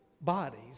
bodies